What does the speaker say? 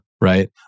Right